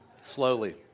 Slowly